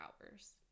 hours